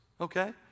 Okay